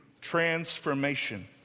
transformation